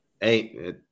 Hey